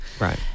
right